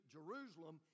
Jerusalem